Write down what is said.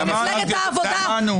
חבר הכנסת גלעד קריב.